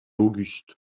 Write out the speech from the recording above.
auguste